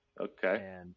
Okay